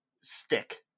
stick